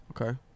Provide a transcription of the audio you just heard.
Okay